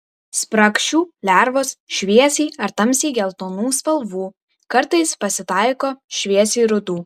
spragšių lervos šviesiai ar tamsiai geltonų spalvų kartais pasitaiko šviesiai rudų